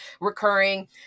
recurring